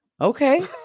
Okay